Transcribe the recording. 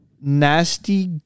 Nasty